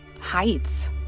heights